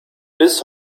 bis